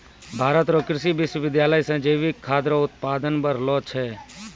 भारत रो कृषि विश्वबिद्यालय से जैविक खाद रो उत्पादन बढ़लो छै